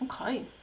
Okay